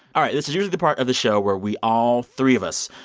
all right, this is usually the part of the show where we, all three of us,